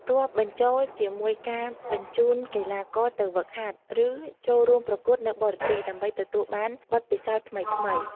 រាប់បញ្ចូលជាមួយការបញ្ជូនកីឡាករទៅហ្វឹកហាត់ ឬចូលរួមប្រកួតនៅបរទេស ដើម្បីទទួលបានបទពិសោធន៍ថ្មីៗ។